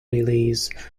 release